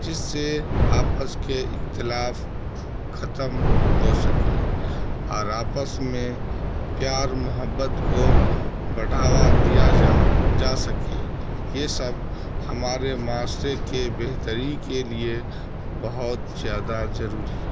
جس سے آپس کے اختلاف ختم ہو سکے اور آپس میں پیار محبت کو بڑھاوا دیا جائے جا سکے یہ سب ہمارے معاشرے کے بہتری کے لیے بہت زیادہ ضروری ہے